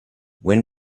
when